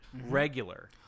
regular